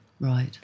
Right